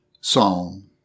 Psalm